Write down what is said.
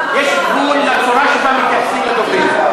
אני מבקשת ממך לסיים.